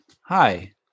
Hi